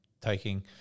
taking